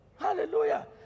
Hallelujah